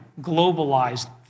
globalized